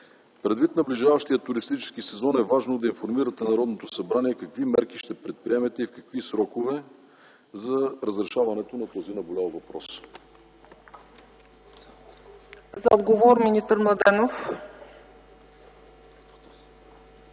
Предвид наближаващия туристически сезон е важно да информирате Народното събрание какви мерки ще предприемете и в какви срокове за разрешаването на този наболял въпрос.